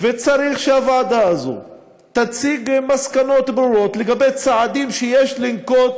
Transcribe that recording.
צריך שהוועדה הזאת תציג מסקנות ברורות לגבי צעדים שיש לנקוט